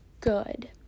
good